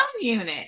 unit